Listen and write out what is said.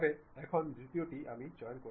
সুতরাং এক্সট্রুড বস